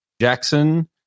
Jackson